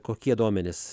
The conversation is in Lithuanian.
kokie duomenys